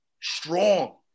strong